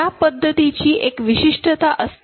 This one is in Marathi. या पद्धतीची एक विशिष्टता असते